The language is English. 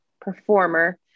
performer